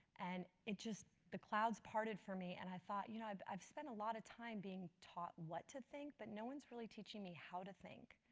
and just the clouds parted for me and i thought you know i've i've spent a lot of time being taught what to think, but no one's really teaching me how to think.